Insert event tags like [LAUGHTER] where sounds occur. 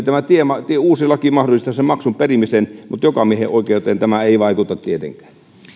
[UNINTELLIGIBLE] tämä uusi laki mahdollistaa sen maksun perimisen mutta jokamiehenoikeuteen tämä ei vaikuta tietenkään